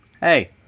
Hey